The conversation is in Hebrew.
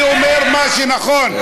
אני אומר מה שנכון.